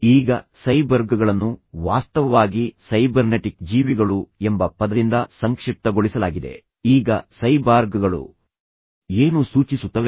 ಈಗ ಸೈಬರ್ಗ್ಗಳನ್ನು ವಾಸ್ತವವಾಗಿ ಸೈಬರ್ನೆಟಿಕ್ ಜೀವಿಗಳು ಎಂಬ ಪದದಿಂದ ಸಂಕ್ಷಿಪ್ತಗೊಳಿಸಲಾಗಿದೆ ಈಗ ಸೈಬಾರ್ಗ್ಗಳು ಏನು ಸೂಚಿಸುತ್ತವೆ